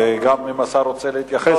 וגם אם השר רוצה להתייחס,